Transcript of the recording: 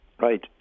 right